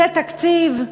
זה תקציב?